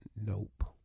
Nope